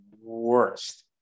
worst